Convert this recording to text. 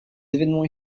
événements